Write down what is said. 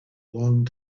long